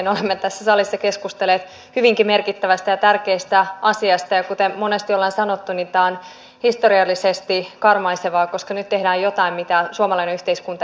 olemme tässä salissa keskustelleet hyvinkin merkittävästä ja tärkeästä asiasta ja kuten monesti ollaan sanottu tämä on historiallisesti karmaisevaa koska nyt tehdään jotain mitä suomalainen yhteiskunta ei ole aikaisemmin nähnyt